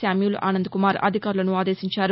Samuel Anand Kumar అధికారులను ఆదేశించారు